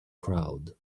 crowd